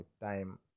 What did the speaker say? time